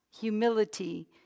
humility